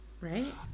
right